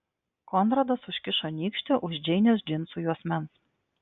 konradas užkišo nykštį už džeinės džinsų juosmens